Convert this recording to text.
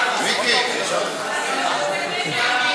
2015, לא נתקבלה.